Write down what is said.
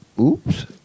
Oops